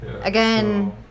again